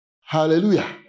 Hallelujah